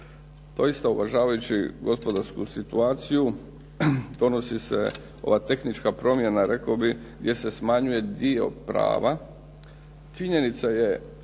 Pa isto uvažavajući gospodarsku situaciju donosi se ova tehnička promjena rekao bih gdje se smanjuje dio prava.